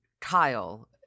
Kyle